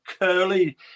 curly